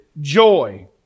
joy